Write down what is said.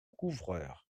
couvreur